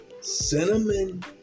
Cinnamon